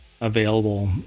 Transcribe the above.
available